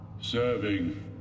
Serving